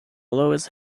loess